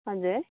हजुर